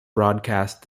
broadcast